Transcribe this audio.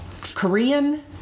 Korean